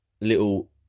little